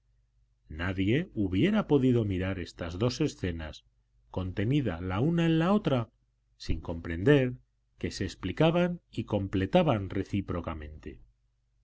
nadie hubiera podido mirar estas dos escenas contenida la una en la otra sin comprender que se explicaban y completaban recíprocamente